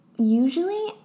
Usually